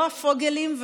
לא הפוגלים,